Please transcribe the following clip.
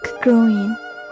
growing